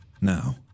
Now